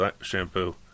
shampoo